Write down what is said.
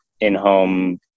in-home